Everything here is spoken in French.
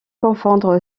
confondre